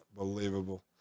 Unbelievable